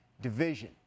division